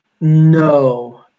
No